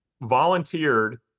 volunteered